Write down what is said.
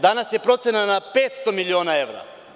Danas je procena na 500 miliona evra.